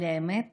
על האמת